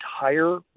entire